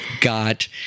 got